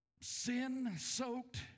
sin-soaked